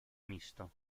misto